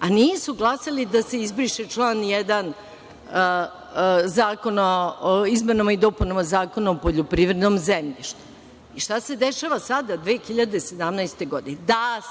a nisu glasali da se izbriše član 1. Zakona o izmenama i dopunama Zakona o poljoprivrednom zemljištu. Šta se dešava sada, 2017. godine?